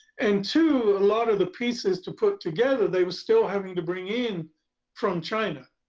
and two, a lot of the pieces to put together, they were still having to bring in from china.